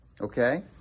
okay